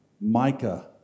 Micah